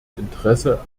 interesse